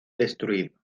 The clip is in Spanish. destruido